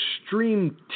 extreme